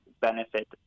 benefit